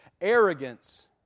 arrogance